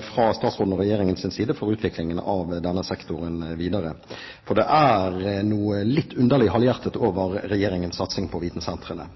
fra statsrådens og Regjeringens side for utviklingen videre av denne sektoren, for det er noe litt underlig halvhjertet over Regjeringens satsing på vitensentrene.